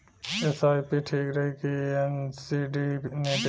SIP ठीक रही कि एन.सी.डी निवेश?